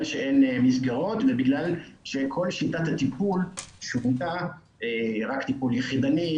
שאין מסגרות ובגלל שכל שיטת הטיפול שונתה רק טיפול יחידני,